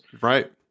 right